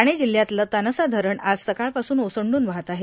ठाणे जिल्पातले तानसा धरण आज सक्राळ पासून ओसंडून वाहत आहे